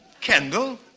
Kendall